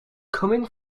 coming